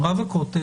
עם רב הכותל,